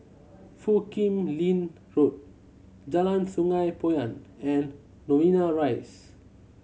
Foo Kim Lin Road Jalan Sungei Poyan and Novena Rise